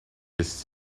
his